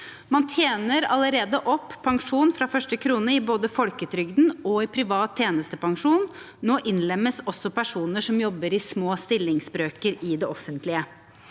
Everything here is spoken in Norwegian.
Man tjener allerede opp pensjon fra første krone både i folketrygden og i privat tjenestepensjon. Nå innlemmes også personer som jobber i små stillingsbrøker i det offentlige.